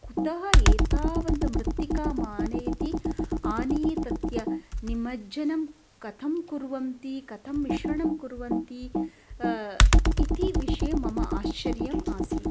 कुतः एतावन्तः मृत्तिकामानयति आनीय तत्य निमज्जनं कथं कुर्वन्ति कथं मिश्रणं कुर्वन्ति इति विषये मम आश्चर्यम् आसीत्